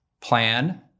Plan